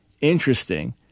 interesting